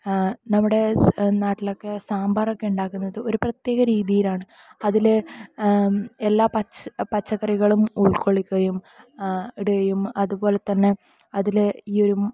നമ്മുടെ നാട്ടിലൊക്കെ സാമ്പാർ ഒക്കെ ഉണ്ടാക്കുന്നത് ഒരു പ്രത്യേക രീതിയിലാണ് അതില് എല്ലാ പച്ചക്കറിയും ഉൾകൊള്ളിക്കുകയും അടയും അതുപോലെ തന്നെ